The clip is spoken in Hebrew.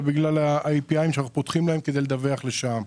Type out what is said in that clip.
בגלל ה-IPI שאנחנו פותחים להם כדי לדווח לשע"מ.